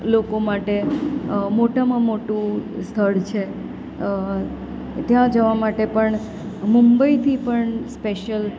લોકો માટે મોટામાં મોટું સ્થળ છે ત્યાં જવા માટે પણ મુંબઈથી પણ સ્પેશ્યલ